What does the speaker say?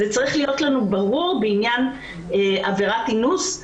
זה צריך להיות לנו ברור בעניין עבירת אינוס.